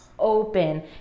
open